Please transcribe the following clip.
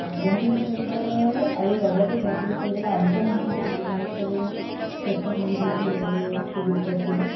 গুৱাহাটী বিশ্ববিদ্যালয়ৰ আৰু লগতে গুৱাহাটী বিশ্ববিদ্যালয়ৰ আন্তঃ মহাবিদ্যালয়ৰ যুৱ মহোৎসৱৰো শ্ৰেষ্ঠ সংগীত শিল্পী হ'বলৈ সুযোগ পাইছিলোঁ